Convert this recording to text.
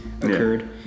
occurred